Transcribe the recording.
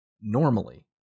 normally